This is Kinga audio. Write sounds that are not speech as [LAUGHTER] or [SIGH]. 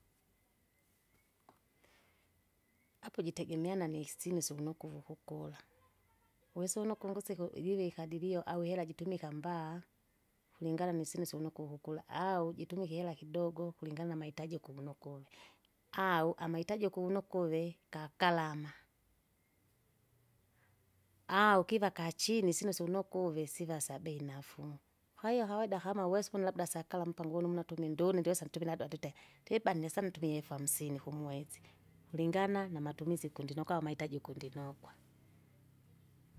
[NOISE] apo jitegemeana nisyinu sivunuku vukukula, [NOISE] wesa une ukungusiku ijivikadiria au ihera jitumika mbaa, kulingana nisinu syo nukuhukura au jitumike ihera kidogo kulingana na mahitaji ukuvu nukuve, au amaitaji ukunu nukuve gagalama! au kiva kachini sino syo nukuve siva syabei nafuu. Kwahiyo kawaida kama uwesa ukune labda sakala mpango uwinu mnatumie ndiune ndiwesa ntukinado atite. Tibane sana ntumie efu hamsini kumwesi, [NOISE] kulingana namatumizi gundinokwa amahitaji ukundinokwa. [NOISE]